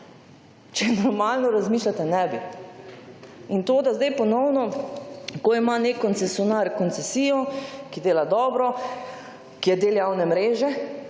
Če normalno razmišljate ne bi. In to, da sedaj ponovno ko ima nek koncesionar koncesijo, ki dela dobro, ki je del javne mreže,